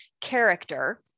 character